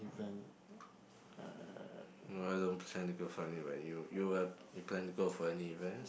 event uh